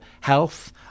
health